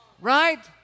right